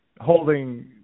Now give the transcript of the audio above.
holding